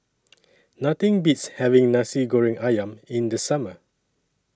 Nothing Beats having Nasi Goreng Ayam in The Summer